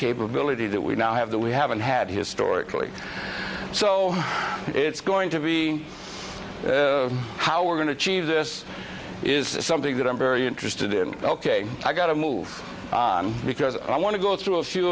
capability that we now have that we haven't had historically so it's going to be how we're going to chief this is something that i'm very interested in ok i got to move on because i want to go through a few